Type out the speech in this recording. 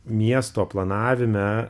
miesto planavime